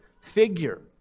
figure